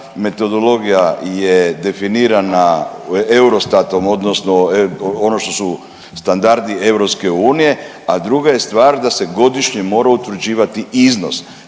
metodologija je definirana u Eurostatom odnosno ono što su standardi EU, a druga je stvar da se godišnje mora utvrđivati iznos.